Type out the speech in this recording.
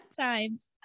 times